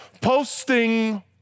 posting